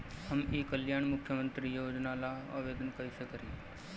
हम ई कल्याण मुख्य्मंत्री योजना ला आवेदन कईसे करी?